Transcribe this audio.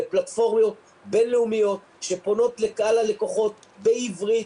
בפלטפורמות בין-לאומיות שפונות לקהל הלקוחות בעברית.